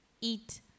eat